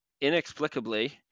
inexplicably